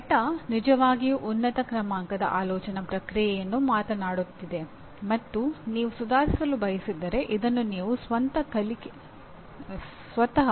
meta ನಿಜವಾಗಿಯೂ ಉನ್ನತ ಕ್ರಮಾಂಕದ ಆಲೋಚನಾ ಪ್ರಕ್ರಿಯೆಯನ್ನು ಮಾತನಾಡುತ್ತಿದೆ ಮತ್ತು ನೀವು ಸುಧಾರಿಸಲು ಬಯಸಿದರೆ ಇದನ್ನು ನೀವು ಸ್ವತಃ ಕಲಿಯಬೇಕಾದ ವಿಷಯ